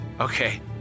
Okay